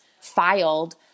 filed